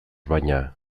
baina